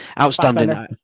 Outstanding